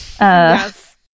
Yes